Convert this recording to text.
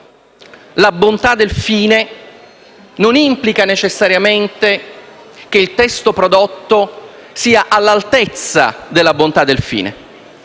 attenzione: ciò non implica necessariamente che il testo prodotto sia all'altezza della bontà del fine.